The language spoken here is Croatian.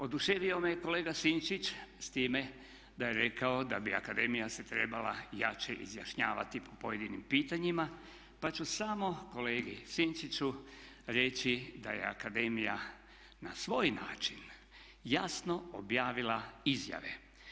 Oduševio me kolega Sinčić s time da je rekao da bi akademija se trebala jače izjašnjavati po pojedinim pitanjima, pa ću samo kolegi Sinčiću reći da je akademija na svoj način jasno objavila izjave.